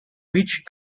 which